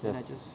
yes